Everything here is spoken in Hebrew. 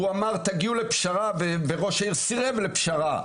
הוא אמר תגיעו לפשרה וראש העיר סירב לפשרה,